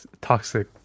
toxic